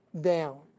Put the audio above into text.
down